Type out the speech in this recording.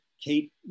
Kate